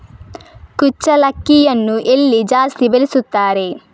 ಕುಚ್ಚಲಕ್ಕಿಯನ್ನು ಎಲ್ಲಿ ಜಾಸ್ತಿ ಬೆಳೆಸುತ್ತಾರೆ?